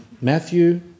Matthew